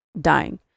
dying